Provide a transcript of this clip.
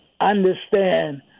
understand